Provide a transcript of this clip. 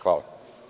Hvala.